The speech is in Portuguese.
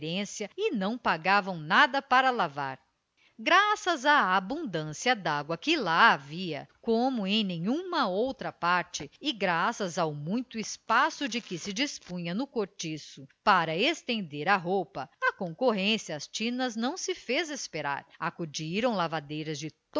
preferência e não pagavam nada para lavar graças à abundância da água que lá havia como em nenhuma outra parte e graças ao muito espaço de que se dispunha no cortiço para estender a roupa a concorrência às tinas não se fez esperar acudiram lavadeiras de